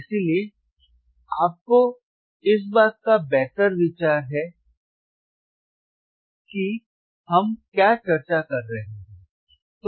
इसलिए आपको इस बात का बेहतर विचार है कि हम क्या चर्चा कर रहे हैं